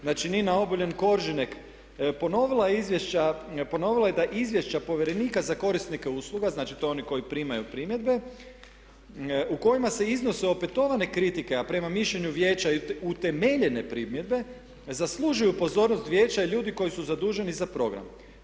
Znači Nina Obuljen Koržinek ponovila je da izvješća povjerenika za korisnike usluga, znači to je oni koji primaju primjedbe u kojima se iznos opetovane kritike a prema mišljenju vijeća utemeljene primjedbe zaslužuju pozornost vijeća i ljudi koji su zaduženi za program.